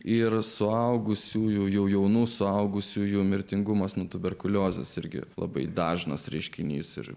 ir suaugusiųjų jaunų suaugusiųjų mirtingumas nuo tuberkuliozės irgi labai dažnas reiškinys ir